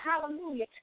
Hallelujah